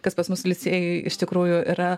kas pas mus licėjuj iš tikrųjų yra